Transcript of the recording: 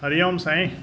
हरी Om सांईं